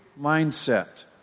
mindset